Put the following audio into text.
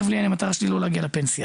המטרה שלי היא לא להגיע לפנסיה,